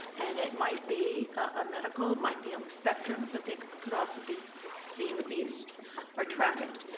and it might be a medical, might be on the spectrum, but they could also be being abused or trafficked.